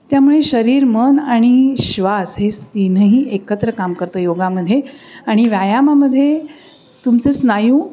त्यामुळे शरीर मन आणि श्वास हे तीनही एकत्र काम करतं योगामध्ये आणि व्यायामामध्ये तुमचे स्नायू